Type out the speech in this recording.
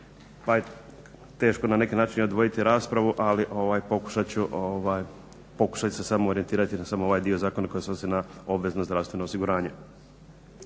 pa je teško na neki način odvojiti raspravu, ali pokušat ću, pokušat ću se samo orijentirati na samo ovaj dio zakona koji se odnosi na obvezno zdravstveno osiguranje.